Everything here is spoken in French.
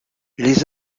les